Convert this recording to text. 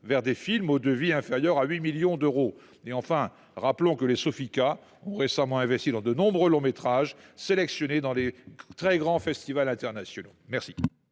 vers des films aux devis inférieurs à 8 millions d’euros. Enfin, rappelons que les Sofica ont récemment investi dans de nombreux longs métrages sélectionnés dans les très grands festivals internationaux. La